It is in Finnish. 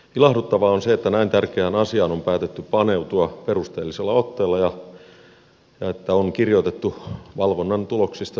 ilahduttavaa on se että näin tärkeään asiaan on päätetty paneutua perusteellisella otteella ja että on kirjoitettu valvonnan tuloksista selväsanainen raportti